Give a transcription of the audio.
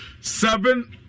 seven